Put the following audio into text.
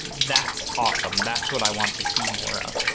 that's awesome. that's what i want to see more of.